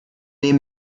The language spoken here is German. nehm